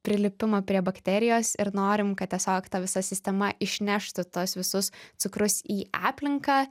prilipimą prie bakterijos ir norim kad tiesiog ta visa sistema išneštų tuos visus cukrus į aplinką